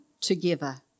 together